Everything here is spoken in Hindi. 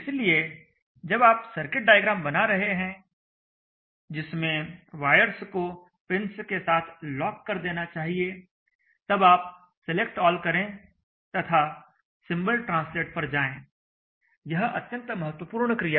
इसलिए जब आप सर्किट डायग्राम बना रहे हैं जिसमें वायर्स को पिंस के साथ लॉक कर देना चाहिए तब आप सिलेक्ट ऑल करें तथा सिंबल ट्रांसलेट पर जाएं यह अत्यंत महत्वपूर्ण क्रिया है